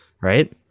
right